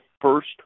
first